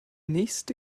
nächste